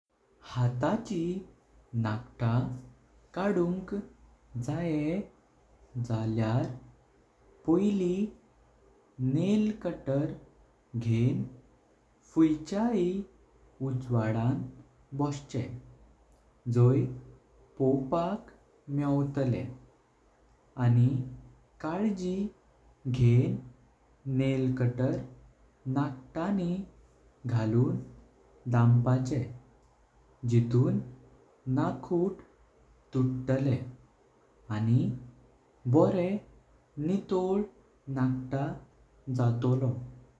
हाताची नख्त काडुंक जायें जायल्यार पहले नेल कटर घेणँ फुईचाय उजवदां बोसचें जॉय पोवपाक मेवटले। आनी काळजी घेणँ नेल कटर नख्तांनी घालून दाम्पाचें जितुं नखूत तुडतले आनी बोरें नितोल नख्त जातलो।